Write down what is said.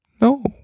No